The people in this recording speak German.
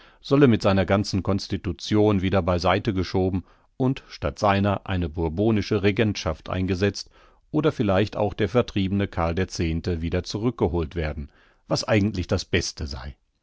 solle mit seiner ganzen konstitution wieder bei seite geschoben und statt seiner eine bourbonische regentschaft eingesetzt oder vielleicht auch der vertriebene karl x wieder zurückgeholt werden was eigentlich das beste sei